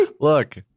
look